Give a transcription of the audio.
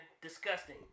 Disgusting